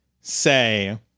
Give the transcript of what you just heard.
say